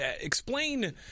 explain